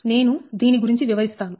నేను దీని గురించి వివరిస్తాను